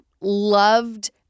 loved